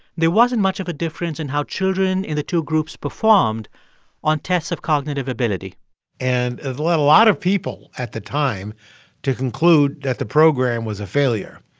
there wasn't much of a difference in how children in the two groups performed on tests of cognitive ability and it led a lot of people at the time to conclude that the program was a failure,